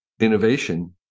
innovation